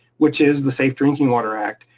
which is the safe drinking water act,